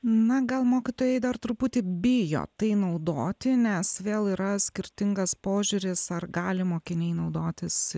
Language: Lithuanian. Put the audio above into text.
na gal mokytojai dar truputį bijo tai naudoti nes vėl yra skirtingas požiūris ar gali mokiniai naudotis